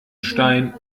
stein